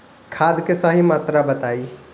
खाद के सही मात्रा बताई?